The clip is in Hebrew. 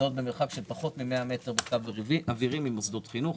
נמצאות במרחק של פחות מ-100 בקו אווירי ממוסדות חינוך.